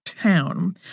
town